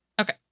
Okay